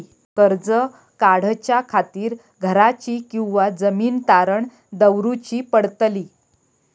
कर्ज काढच्या खातीर घराची किंवा जमीन तारण दवरूची पडतली?